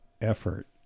effort